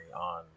on